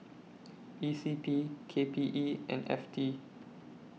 E C P K P E and F T